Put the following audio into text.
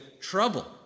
trouble